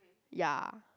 ya